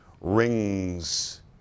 rings